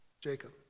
Jacob